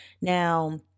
Now